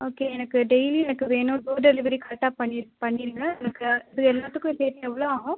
okay எனக்கு daily எனக்கு வேணும் டோர் டெலிவரி கரெக்டாக பண்ணி பண்ணிடுங்க எனக்கு இது எல்லாத்துக்கும் சேர்த்து எவ்வளோ ஆகும்